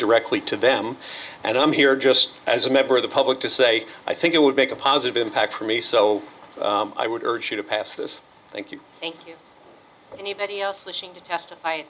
directly to them and i'm here just as a member of the public to say i think it would make a positive impact for me so i would urge you to pass this thank you